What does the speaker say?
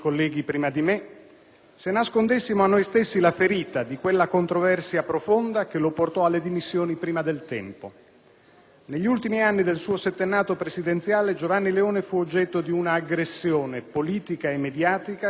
se nascondessimo a noi stessi la ferita di quella controversia profonda che lo portò alle dimissioni prima del tempo. Negli ultimi anni del suo settennato presidenziale, Giovanni Leone fu oggetto di un'aggressione politica e mediatica che lasciò il segno,